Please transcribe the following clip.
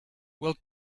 will